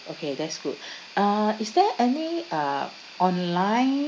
okay that's good uh is there any uh online